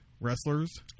wrestlers